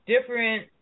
different